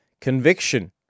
conviction